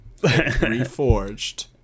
Reforged